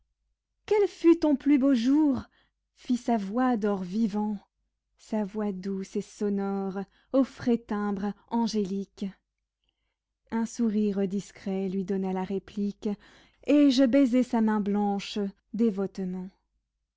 quel fut ton plus beau jour fit sa voix d'or vivant sa voix douce et sonore au frais timbre angélique un sourire discret lui donna la réplique et je baisai sa main blanche